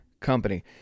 Company